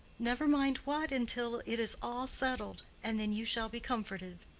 never mind what until it is all settled. and then you shall be comforted.